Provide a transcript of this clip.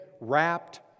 wrapped